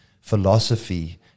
philosophy